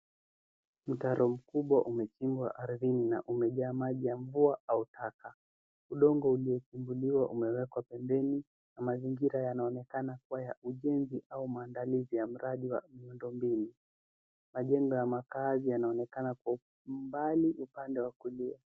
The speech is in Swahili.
Mtaro mkubwa umechimbwa ardhini na umejaa maji ya mvua au taka. Udongo uliofunguliwa umewekwa pembeni na mazingira yanaonekana kuwa ya ujenzi au maandiliza ya mradi wa miundombinu. Majengo ya makaazi yanaonekana kwa umbali upande wa kulia.